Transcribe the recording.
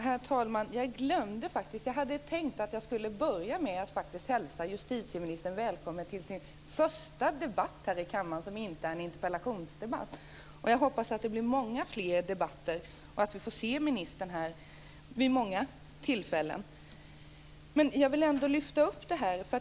Herr talman! Jag glömde det, men jag hade faktiskt tänkt börja med att hälsa justitieministern välkommen till sin första debatt här i kammaren som inte är en interpellationsdebatt. Jag hoppas att det blir många fler debatter, och att vi får se ministern här vid många tillfällen.